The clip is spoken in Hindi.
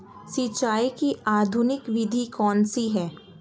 सिंचाई की आधुनिक विधि कौनसी हैं?